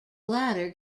latter